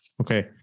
okay